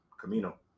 Camino